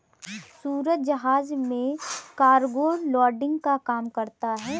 सूरज जहाज में cargo loading का काम करता है